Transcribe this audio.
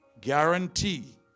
guarantee